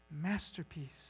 Masterpiece